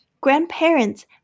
Grandparents